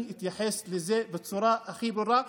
אני אתייחס לזה בצורה הכי ברורה.